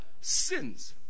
sins